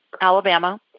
Alabama